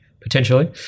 potentially